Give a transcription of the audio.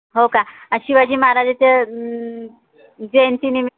हो का आणि शिवाजी महाराजाच्या जयंती निमित्त